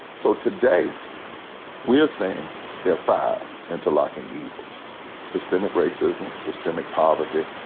so today we're saying there are five interlocking evils systematic racism, systematic poverty,